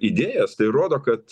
idėjas tai rodo kad